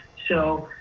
so